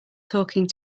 talking